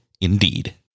Indeed